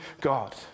God